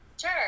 sure